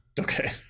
okay